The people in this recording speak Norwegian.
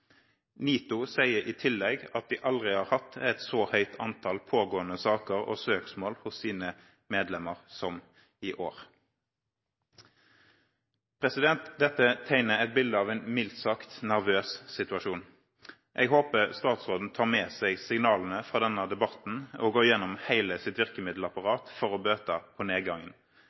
NITO sier i tillegg at de aldri har hatt et så høyt antall pågående saker og søksmål fra sine medlemmer som i år. Dette tegner et bilde av en mildt sagt nervøs situasjon. Jeg håper statsråden tar med seg signalene fra denne debatten og går gjennom hele sitt virkemiddelapparat for å bøte på nedgangen.